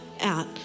out